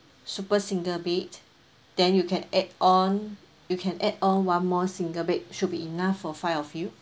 super single bed then you can add on you can add-on one more single bed should be enough for five of you